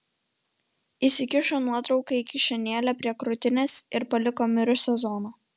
įsikišo nuotrauką į kišenėlę prie krūtinės ir paliko mirusią zoną